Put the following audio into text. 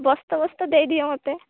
ବସ୍ତା ବସ୍ତା ଦେଇ ଦିଅ ମୋତେ